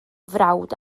frawd